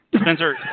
Spencer